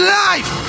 life